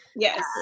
Yes